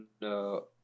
No